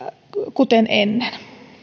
kuten ennen